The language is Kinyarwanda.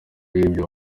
y’ibyo